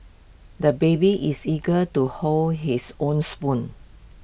the baby is eager to hold his own spoon